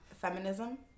Feminism